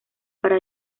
para